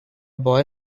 boy